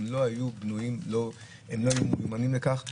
הם לא היו מיומנים לכך.